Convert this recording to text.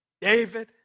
David